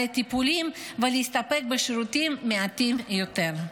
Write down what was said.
טיפולים ולהסתפק בשירותים מעטים יותר.